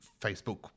Facebook